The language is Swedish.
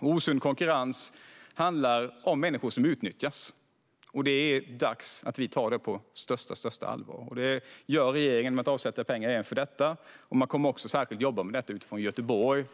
Osund konkurrens handlar om att människor utnyttjas, och det är dags att vi tar det på största allvar. Det gör regeringen genom att avsätta pengar även för detta. Planen är att med tiden jobba särskilt med detta från Göteborg.